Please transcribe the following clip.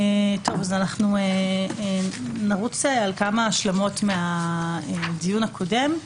אנחנו נעבור על כמה השלמות לדיון הקודם.